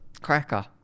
Cracker